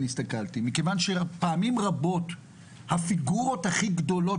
מכיוון שפעמים רבות הפיגורות הכי גדולות